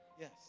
Yes